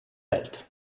welt